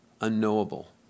Unknowable